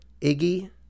Iggy